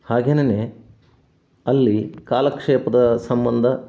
ಹಾಗೆನೆ ಅಲ್ಲಿ ಕಾಲಕ್ಷೇಪದ ಸಂಬಂಧ